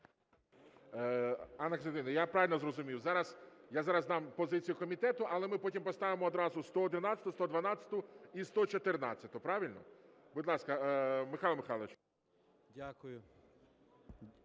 Анна Костянтинівна, я правильно зрозумів, я зараз дам позицію комітету, але ми потім поставимо одразу 111-у, 112-у і 114-у, правильно? Будь ласка, Михайло Михайлович.